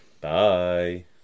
Bye